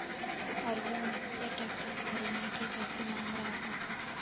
अरविंद मुझसे ट्रैक्टर खरीदने के पैसे मांग रहा था